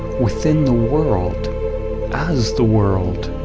within the world as the world.